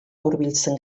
hurbiltzen